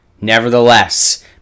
Nevertheless